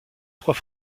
trois